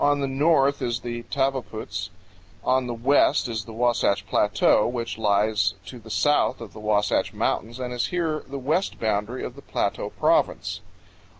on the north is the tavaputs on the west is the wasatch plateau, which lies to the south of the wasatch mountains and is here the west boundary of the plateau province